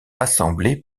assemblées